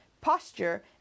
posture